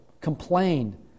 complained